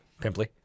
Pimply